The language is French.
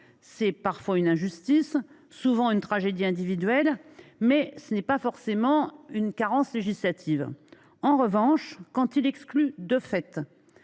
c’est parfois une injustice, souvent une tragédie individuelle, mais ce n’est pas forcément une carence législative. En revanche, quand il exclut de fait,